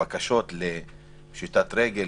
הבקשות לפשיטת רגל